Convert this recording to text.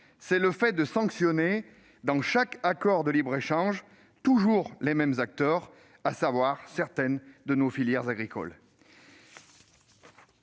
c'est le fait de sanctionner, dans chaque accord de libre-échange, toujours les mêmes acteurs : certaines de nos filières agricoles.